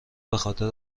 بخاطر